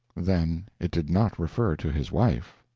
then it did not refer to his wife.